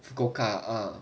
fukuoka uh